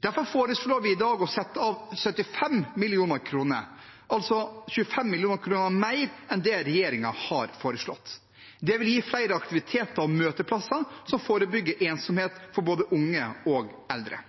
Derfor foreslår vi i dag å sette av 75 mill. kr, altså 25 mill. kr mer enn det regjeringen har foreslått. Det vil gi flere aktiviteter og møteplasser som forebygger ensomhet blant både unge og eldre.